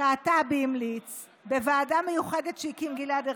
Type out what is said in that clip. קעטבי המליץ, בוועדה מיוחדת שהקים גלעד ארדן,